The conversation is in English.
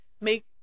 make